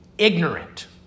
ignorant